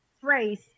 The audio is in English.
phrase